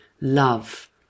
love